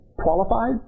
qualified